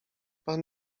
pan